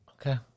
Okay